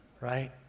Right